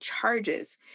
charges